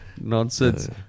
Nonsense